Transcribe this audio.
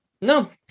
no